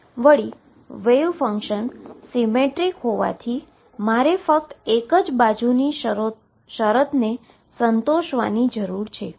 વળી wave function symmetric હોવાથી મારે ફક્ત એક બાજુ જ બાજુની શરતોને સંતોષવાની જરૂર છે